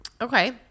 Okay